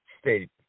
state